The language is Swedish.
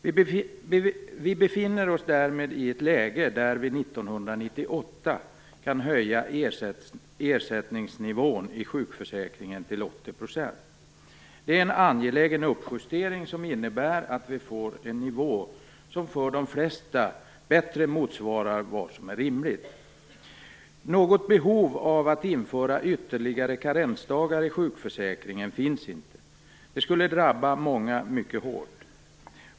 Vi befinner oss därmed i ett läge som gör att vi 1998 kan höja ersättningsnivån i sjukförsäkringen till 80 %. Det är en angelägen uppjustering som innebär en nivå som för de flesta bättre motsvarar vad som är rimligt. Något behov av att införa ytterligare karensdagar i sjukförsäkringen finns inte. Det skulle drabba många mycket hårt.